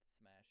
smash